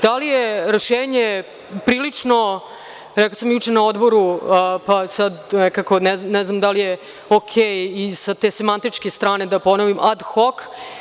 Da li je rešenje prilično, rekla sam juče na Odboru, ne znam da li je okej i sa te simantičke strane, da ponovim, ad hok?